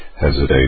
hesitate